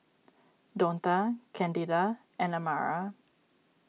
Donta Candida and Amara